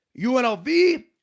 UNLV